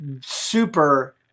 super